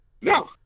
No